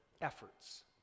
efforts